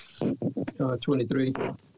23